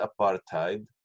apartheid